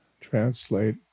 translate